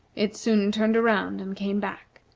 it soon turned around and came back,